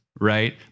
right